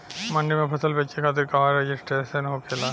मंडी में फसल बेचे खातिर कहवा रजिस्ट्रेशन होखेला?